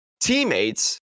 teammates